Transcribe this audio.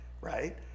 right